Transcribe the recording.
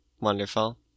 Wonderful